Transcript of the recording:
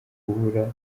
kubura